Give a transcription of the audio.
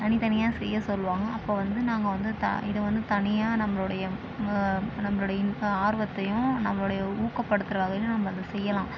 தனித்தனியாக செய்ய சொல்லுவாங்க அப்போ வந்து நாங்கள் வந்து தா இதை வந்து தனியாக நம்மளுடைய நம்மளுடைய இன் ஆர்வத்தையும் நம்மளுடைய ஊக்கப்படுத்துகிற வகையிலேயும் நம்ம அதை செய்யலாம்